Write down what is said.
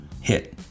Hit